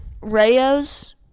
Rayo's